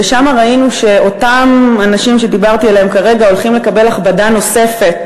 ושם ראינו שאותם אנשים שדיברתי עליהם כרגע הולכים לקבל הכבדה נוספת